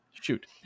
Shoot